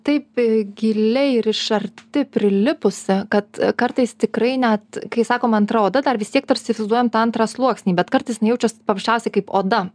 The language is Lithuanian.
taip giliai ir iš arti prilipusi kad kartais tikrai net kai sakoma antra oda dar vis tiek tarsi vaizduojam tą antrą sluoksnį bet kartais jinai jaučias paprasčiausiai kaip oda